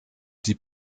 die